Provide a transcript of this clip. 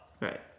Right